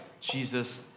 Jesus